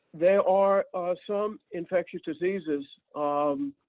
there are are some infectious diseases um